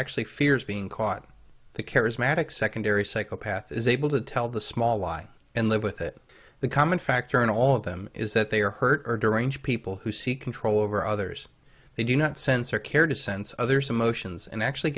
actually fears being caught the charismatic secondary psychopath is able to tell the small lie and live with it the common factor in all of them is that they are hurt or deranged people who seek control over others they do not sense or care to sense others emotions and actually